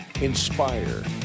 Inspire